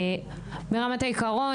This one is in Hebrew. ברמת העיקרון,